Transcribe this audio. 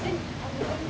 and